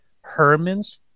Herman's